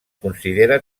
considera